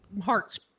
heart's